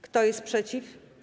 Kto jest przeciw?